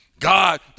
God